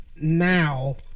now